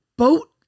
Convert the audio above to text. Boat